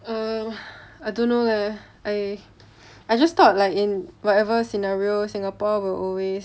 um I don't know leh I I just thought like in whatever scenario singapore will always